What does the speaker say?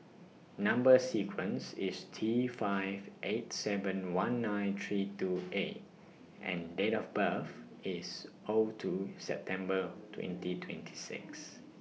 Number sequence IS T five eight seven one nine three two A and Date of birth IS O two September twenty twenty six